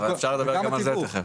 אפשר לדבר גם על זה תיכף.